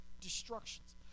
destructions